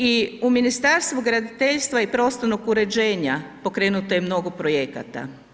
I u Ministarstvu graditeljstva i prostornog uređena pokrenuto je mnogo projekata.